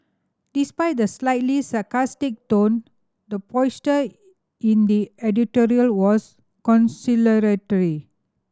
despite the slightly sarcastic tone the posture in the editorial was conciliatory